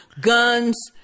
guns